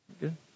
good